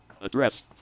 Address